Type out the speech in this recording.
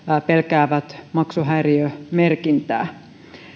pelkäävät maksuhäiriömerkintää